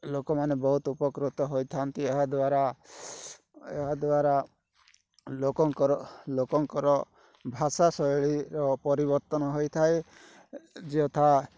ଲୋକମାନେ ବହୁତ ଉପକୃତ ହୋଇଥାନ୍ତି ଏହାଦ୍ୱାରା ଏହାଦ୍ୱାରା ଲୋକଙ୍କର ଲୋକଙ୍କର ଭାଷା ଶୈଳୀର ପରିବର୍ତ୍ତନ ହୋଇଥାଏ ଯଥା